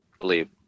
believe